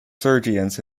sergeants